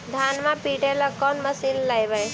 धनमा पिटेला कौन मशीन लैबै?